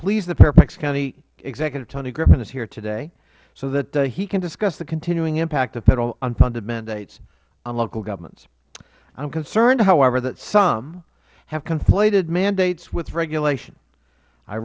pleased that fairfax county executive tony griffin is here today so that he can discuss the continuing impact of federal unfunded mandates on local governments i am concerned however that some have conflated mandates with regulation i